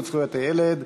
זכויות הילד,